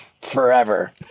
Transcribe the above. Forever